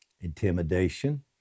intimidation